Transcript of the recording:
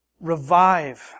revive